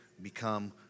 become